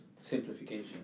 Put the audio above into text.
simplification